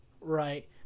right